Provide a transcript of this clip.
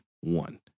one